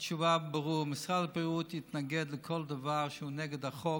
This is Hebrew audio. התשובה ברורה: משרד הבריאות יתנגד לכל דבר שהוא נגד החוק.